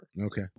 Okay